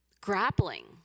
grappling